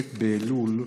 ט' באלול,